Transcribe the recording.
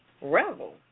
Revel